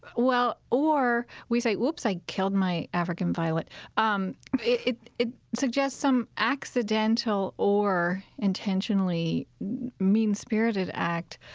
well, or we say, oops, i killed my african violet um it it suggests some accidental or intentionally mean-spirited act.